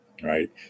Right